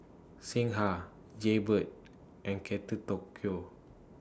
Singha Jaybird and Kate Tokyo